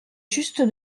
juste